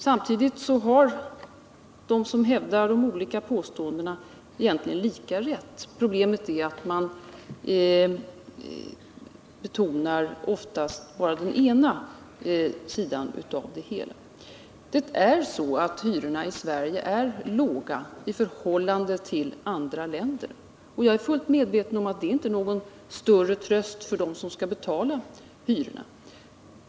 Samtidigt har de som hävdar de olika påståendena egentligen lika rätt. Problemet är att man oftast betonar bara den ena sidan av det hela. Det är så att hyrorna i Sverige är låga i förhållande till andra länder. Jag är samtidigt fullt medveten om att detta inte är någon större tröst för dem som skall betala hyrorna.